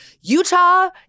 Utah